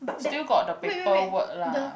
still got the paperwork lah